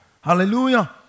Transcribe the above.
hallelujah